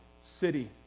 city